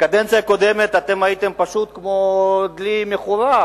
בקדנציה הקודמת אתם הייתם פשוט כמו דלי מחורר,